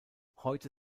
heute